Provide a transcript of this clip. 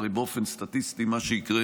הרי באופן סטטיסטי מה שיקרה